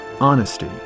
honesty